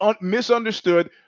misunderstood